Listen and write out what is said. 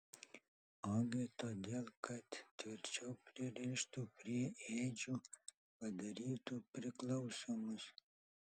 ogi todėl kad tvirčiau pririštų prie ėdžių padarytų priklausomus